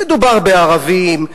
מדובר בערבים,